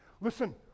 Listen